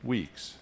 Weeks